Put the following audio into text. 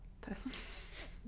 person